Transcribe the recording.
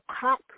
cock